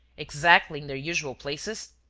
exactly in their usual places?